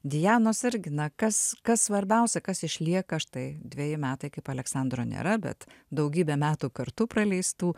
dianos irgi na kas kas svarbiausia kas išlieka štai dveji metai kaip aleksandro nėra bet daugyė metų kartu praleistų